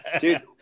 Dude